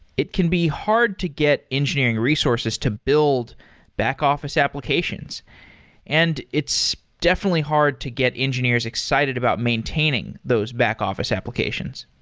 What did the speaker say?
it can be hard to get engineering resources to build back-office applications and it's definitely hard to get engineers excited about maintaining those back-office applications.